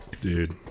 Dude